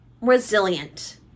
resilient